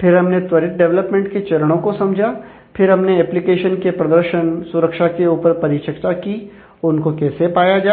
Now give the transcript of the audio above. फिर हमने त्वरित डेवलपमेंट के चरणों को समझा फिर हमने एप्लीकेशन की प्रदर्शन सुरक्षा के ऊपर परिचर्चा की और उनको कैसे पाया जाए